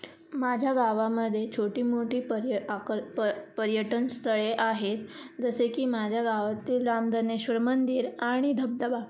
माझ्या गावामध्ये छोटी मोठी पर्य आक पर पर्यटन स्थळे आहेत जसे की माझ्या गावातील रामधनेश्वर मंदिर आणि धबधबा